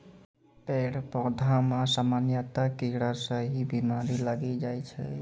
पेड़ पौधा मॅ सामान्यतया कीड़ा स ही बीमारी लागी जाय छै